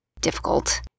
difficult